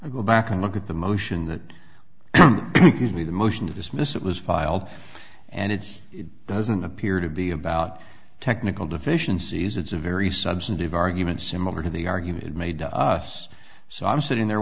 i go back and look at the motion that gives me the motion to dismiss it was filed and it's it doesn't appear to be about technical deficiencies it's a very substantive argument similar to the argument made to us so i'm sitting there